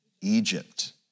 Egypt